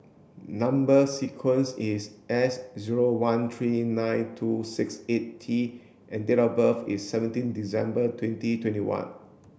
number sequence is S zero one three nine two six eight T and date of birth is seventeen December twenty twenty one